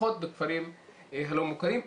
לפחות בכפרים הלא מוכרים,